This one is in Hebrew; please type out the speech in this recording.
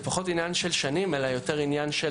זה פחות עניין של שנים אלא יותר הפרוצדורות